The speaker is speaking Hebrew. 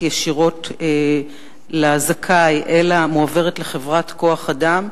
ישירות לזכאי אלא מועברת לחברת כוח-אדם,